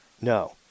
No